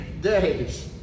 days